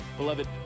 Beloved